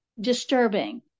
disturbing